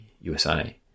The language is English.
USA